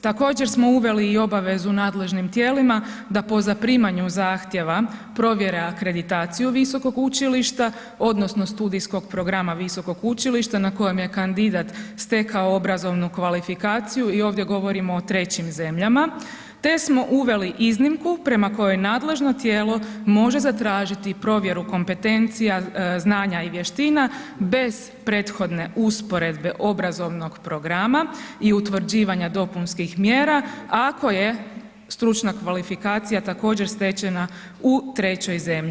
Također smo uveli i obavezu nadležnim tijelima da po zaprimaju zahtjeva provjere akreditaciju visokog učilišta odnosno studijskog programa visokog učilišta na kojem je kandidat stekao obrazovnu kvalifikaciju i ovdje govorimo o trećim zemljama, te smo uveli iznimku prema kojoj nadležno tijelo može zatražiti provjeru kompetencija, znanja i vještina bez prethodne usporedbe obrazovnog programa i utvrđivanja dopunskim mjera ako je stručna kvalifikacija također stečena u trećoj zemlji.